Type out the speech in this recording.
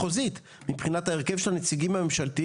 נכון.